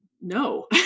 no